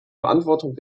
verantwortung